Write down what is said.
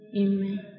amen